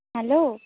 hello